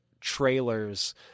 trailers